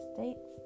States